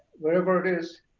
whenever it is,